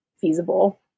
feasible